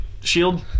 shield